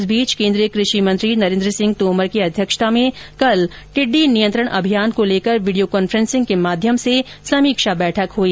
इस बीच केन्द्रीय कृषि मंत्री नरेन्द्र सिंह तोमर की अध्यक्षता में कल टिड़डी नियंत्रण अभियान को लेकर वीडियो कॉन्फ्रेंसिंग के माध्यम से समीक्षा बैठक हुई